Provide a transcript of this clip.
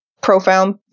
profound